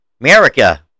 America